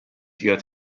qiegħed